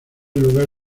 lugar